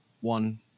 One